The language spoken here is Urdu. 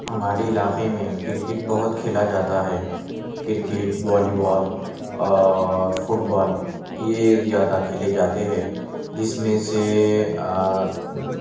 ہمارے علاقے میں کرکٹ بہت کھیلا جاتا ہے کرکٹ بولی وال اور فٹ بال یہ زیادہ کھیلے جاتے ہیں جس میں سے